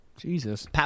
Jesus